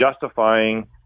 justifying